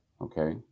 Okay